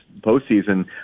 postseason